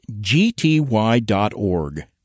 gty.org